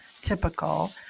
typical